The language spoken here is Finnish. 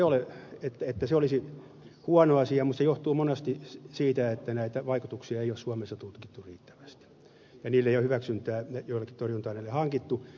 en sano että se olisi huono asia mutta se johtuu monasti siitä että näitä vaikutuksia ei ole suomessa tutkittu riittävästi ja ei ole hyväksyntää joillekin torjunta aineille hankittu